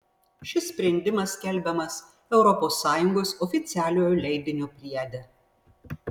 šis sprendimas skelbiamas europos sąjungos oficialiojo leidinio priede